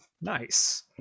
nice